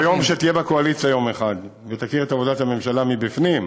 ביום שתהיה בקואליציה יום אחד ותכיר את עבודת הממשלה מבפנים,